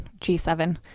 G7